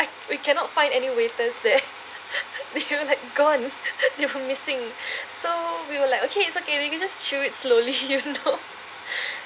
we cannot find any waiters there they were like gone they were missing so we were like okay it's okay we can just chew it slowly you know